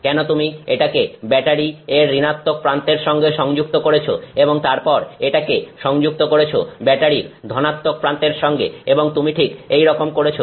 কেন তুমি এটাকে ব্যাটারি এর ঋণাত্মক প্রান্তের সঙ্গে সংযুক্ত করেছো এবং তারপর এটাকে সংযুক্ত করেছে ব্যাটারির ধনাত্মক প্রান্তের সঙ্গে এবং তুমি ঠিক এইরকম করেছো